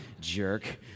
jerk